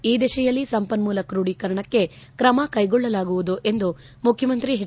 ಈ ದಿಶೆಯಲ್ಲಿ ಸಂಪನ್ಮೂಲ ಕ್ರೋಢೀಕರಣಕ್ಕೆ ಕ್ರಮ ಕೈಗೊಳ್ಳಲಾಗುವುದು ಎಂದು ಮುಖ್ಲಮಂತ್ರಿ ಎಚ್